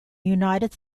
united